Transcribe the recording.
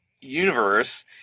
universe